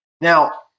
Now